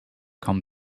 come